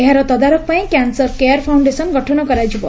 ଏହାର ତଦାରଖପାଇଁ cancer care foundation ଗଠନ କରାଯିବ